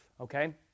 okay